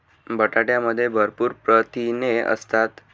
बटाट्यामध्ये भरपूर प्रथिने असतात